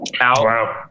out